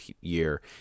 year